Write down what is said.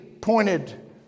pointed